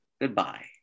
Goodbye